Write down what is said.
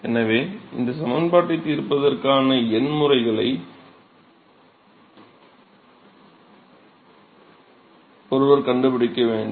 எனவே இந்த சமன்பாட்டைத் தீர்ப்பதற்கான எண் முறைகளை ஒருவர் கண்டுபிடிக்க வேண்டும்